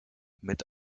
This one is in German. mit